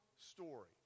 story